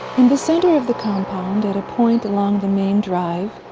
the center of the compound, at a point along the main drive,